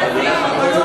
בבקשה.